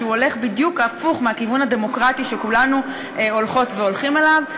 שהוא בדיוק הפוך מהכיוון הדמוקרטי שכולנו הולכות והולכים אליו.